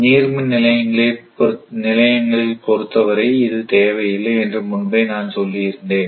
நீர் மின் நிலையங்களில் பொருத்தவரை இது தேவையில்லை என்று முன்பே நான் சொல்லியிருந்தேன்